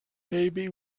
maybe